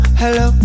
hello